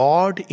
God